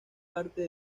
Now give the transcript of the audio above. parte